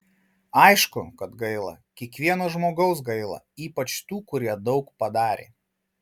aišku kad gaila kiekvieno žmogaus gaila ypač tų kurie daug padarė